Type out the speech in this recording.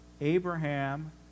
abraham